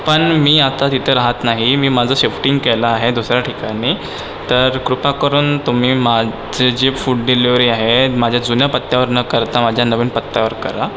पण मी आता तिथं रहात नाही मी माझं शिफ्टिंग केलं आहे दुसऱ्या ठिकाणी तर कृपा करून तुम्ही माझे जे फूड डिलिवरी आहे माझ्या जुन्या पत्त्यावर न करता माझ्या नवीन पत्त्यावर करा